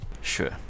Sure